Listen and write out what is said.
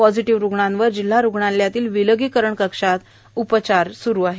positive रुग्णांवर जिल्हा रुग्णालयातील विलगीकरण कक्षात उपचार स्रू आहे